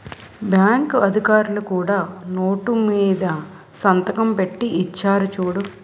bank అధికారులు కూడా note మీద సంతకం పెట్టి ఇచ్చేరు చూడు